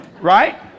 Right